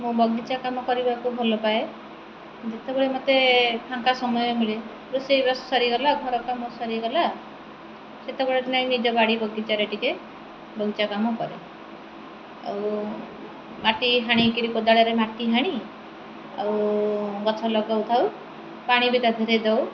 ମୁଁ ବଗିଚା କାମ କରିବାକୁ ଭଲ ପାଏ ଯେତେବେଳେ ମୋତେ ଫାଙ୍କା ସମୟ ମିଳେ ରୋଷେଇ ବାସ ସରିଗଲା ଘର କାମ ସରିଗଲା ସେତେବେଳେ ନାହିଁ ନିଜ ବାଡ଼ି ବଗିଚାରେ ଟିକିଏ ବଗିଚା କାମ କରେ ଆଉ ମାଟି ହାଣିକରି କୋଦାଳରେ ମାଟି ହାଣି ଆଉ ଗଛ ଲଗାଇଥାଉ ପାଣି ବି ତାଦେହରେ ଦେଉ